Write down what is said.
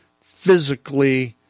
physically